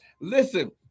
Listen